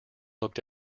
looked